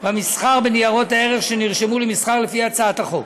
במסחר בניירות ערך שנרשמו למסחר לפי הצעת החוק.